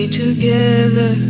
together